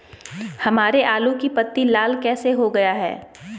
हमारे आलू की पत्ती लाल कैसे हो गया है?